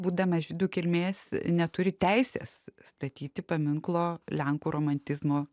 būdamas žydų kilmės neturi teisės statyti paminklo lenkų romantizmo